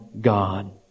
God